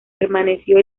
permaneció